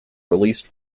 released